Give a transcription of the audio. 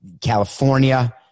California